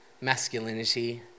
masculinity